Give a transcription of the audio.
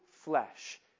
flesh